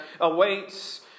awaits